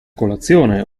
colazione